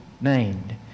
named